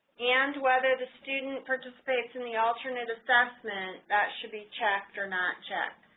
and whether the student participates in the alternate assessment that should be checked or not checked.